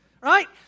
right